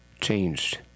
changed